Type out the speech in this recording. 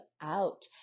out